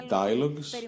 dialogues